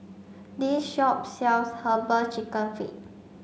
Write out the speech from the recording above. this shop sells herbal chicken feet